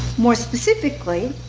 more specifically,